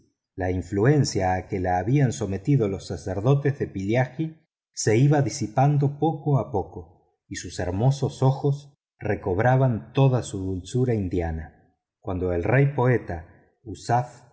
la influencia a que la habían sometido los sacerdotes de pillaji se iba disipando poco a poco y sus hermosos ojos recobraban toda su dulzura hindú cuando el rey poeta uzaf